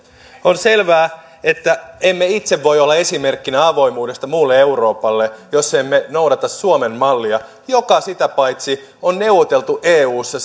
on selvää että emme itse voi olla esimerkkinä avoimuudesta muulle euroopalle jos emme noudata suomen mallia joka sitä paitsi on neuvoteltu eussa